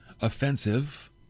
offensive